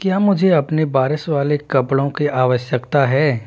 क्या मुझे अपने बारिश वाले कपड़ों की आवश्यकता है